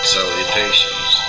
Salutations